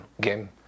game